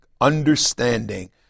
understanding